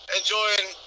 enjoying